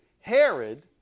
Herod